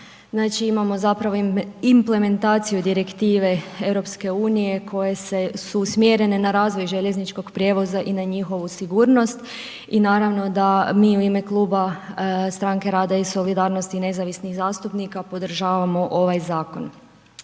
imamo zapravo implementaciju direktive EU-a koje su usmjerene na razvoj željezničkog prijevoza i na njihovu sigurnost i naravno da mi u ime kluba Stranke rada i solidarnosti i nezavisnih zastupnika podržavamo ovaj zakon.